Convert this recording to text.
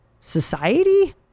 society